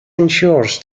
ensures